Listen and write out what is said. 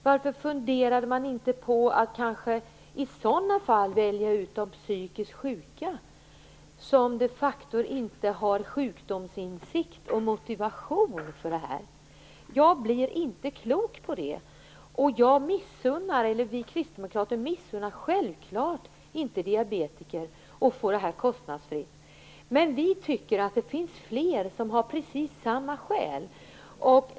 Varför funderade man inte på att i sådana fall kanske välja ut de psykiskt sjuka, som de facto inte har sjukdomsinsikt och motivation för detta? Jag blir inte klok på det! Vi kristdemokrater missunnar självfallet inte diabetiker att få medicinen kostnadsfritt, men vi tycker att det finns fler som har precis samma skäl.